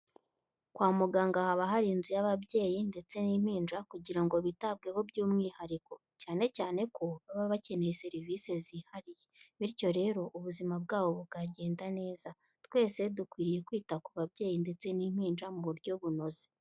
Kwa muganga haba hari inzu y'ababyeyi ndetse n'impinja kugira ngo bitabweho by'umwihariko. Cyane cyane ko baba bakeneye serivise zihariye, bityo rero ubuzima bwabo bukagenda neza. Twese dukwiye kwita ku babyeyi ndetse n'impinja mu buryo bunoze.